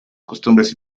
costumbres